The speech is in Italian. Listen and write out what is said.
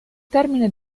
termine